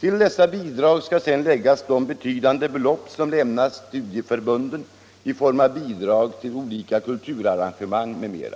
Till dessa bidrag skall sedan läggas de betydande belopp som lämnas studieförbunden i form av bidrag till olika kulturarrangemang m.m.